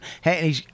Hey